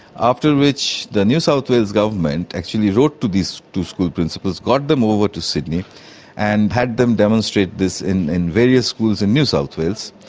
after which the new south wales government actually wrote to these two school principals, got them over to sydney and had them demonstrate this in in various schools in new south wales.